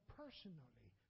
personally